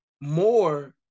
more